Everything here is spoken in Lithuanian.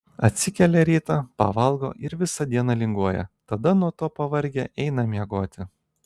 atsikelia rytą pavalgo ir visą dieną linguoja tada nuo to pavargę eina miegoti